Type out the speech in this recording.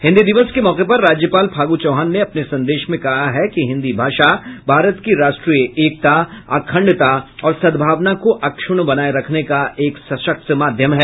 हिन्दी दिवस के मौके पर राज्यपाल फागू चौहान ने अपने संदेश में कहा है कि हिन्दी भाषा भारत की राष्ट्रीय एकता अखंडता और सद्भावना को अक्षुण्ण बनाये रखने का एक सशक्त माध्यम है